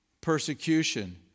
persecution